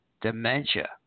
dementia